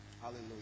Hallelujah